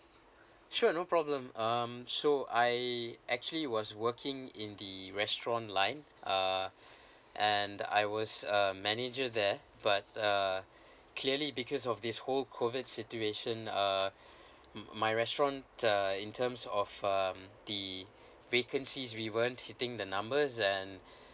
sure no problem um so I actually was working in the restaurant line uh and I was a manager there but uh clearly because of this whole COVID situation uh my restaurant uh in terms of um the vacancies we weren't hitting the numbers and